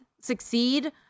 succeed